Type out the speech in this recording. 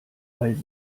weil